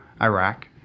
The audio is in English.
Iraq